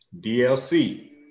DLC